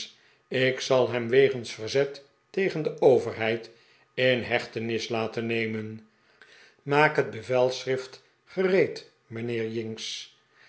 ik zal hem wegens verzet tegen de overheid in hechtenis laten nemen maak het bevelschrift gereed mijnheer